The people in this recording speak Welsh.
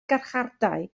carchardai